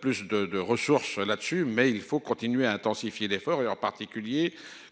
Plus de de ressources là dessus mais il faut continuer à intensifier l'effort et en particulier,